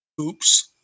Oops